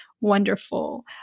wonderful